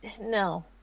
no